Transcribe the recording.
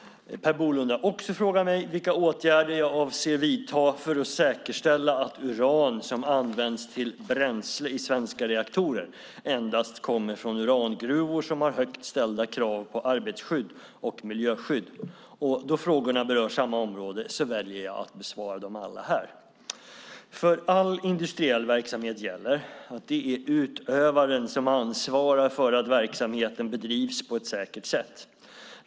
Per Bolund har också frågat mig vilka åtgärder jag avser att vidta för att säkerställa att uran som används till bränsle i svenska reaktorer endast kommer från urangruvor som har högt ställda krav på arbetsskydd och miljöskydd. Då frågorna berör samma område väljer jag att besvara dem alla här. För all industriell verksamhet gäller att det är utövaren som ansvarar för att verksamheten bedrivs på ett säkert sätt.